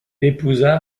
épousa